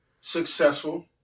successful